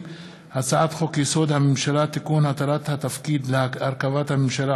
עיגון מעמדה של העדה